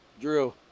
Drew